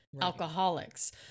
alcoholics